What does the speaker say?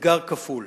אתגר כפול.